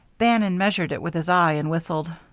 bannon measured it with his eye and whistled.